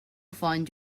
find